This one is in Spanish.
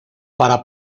para